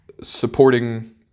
supporting